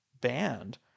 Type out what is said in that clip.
banned